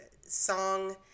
song